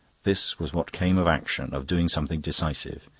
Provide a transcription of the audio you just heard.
this was what came of action, of doing something decisive.